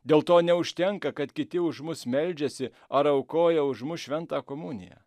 dėl to neužtenka kad kiti už mus meldžiasi ar aukoja už mus šventą komuniją